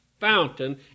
fountain